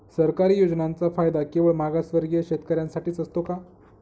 सरकारी योजनांचा फायदा केवळ मागासवर्गीय शेतकऱ्यांसाठीच असतो का?